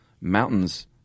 mountains